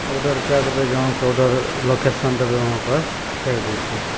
order कै देबै जहाँके ऑडर लोकेशन देबै वहाँपर चलि अएतै